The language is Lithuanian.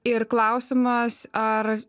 ir klausimas ar